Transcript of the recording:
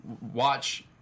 watch